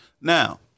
Now